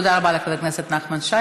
תודה רבה לחבר הכנסת נחמן שי.